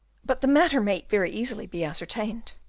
but the matter may very easily be ascertained.